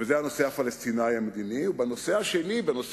וזה הנושא הפלסטיני-המדיני, ובנושא השני, האירני,